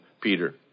Peter